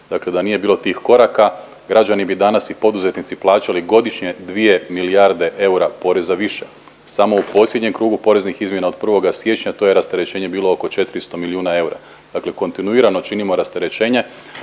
Dakle, da nije bilo tih koraka građani bi danas i poduzetnici plaćali godišnje dvije milijarde eura poreza više. Samo u posljednjem krugu poreznih izmjenama od 1. siječnja to je rasterećenje bilo oko 400 milijuna eura, dakle kontinuirano činimo rasterećenje.